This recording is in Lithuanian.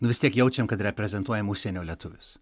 vis tiek jaučiam kad reprezentuojam užsienio lietuvius